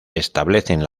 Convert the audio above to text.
establecen